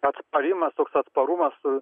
atsparimas toks atsparumas